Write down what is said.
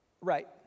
right